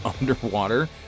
underwater